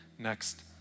next